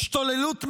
השתוללות מחירים,